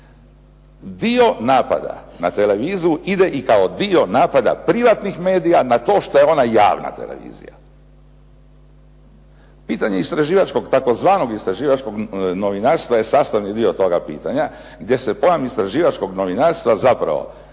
Dio napada na televiziju ide i kao dio napada privatnih medija na to što je ona javna televizija. Pitanje istraživačkog, tzv. istraživačkog novinarstva je sastavni dio toga pitanja gdje se pojam istraživačkog novinarstva zapravo